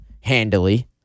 handily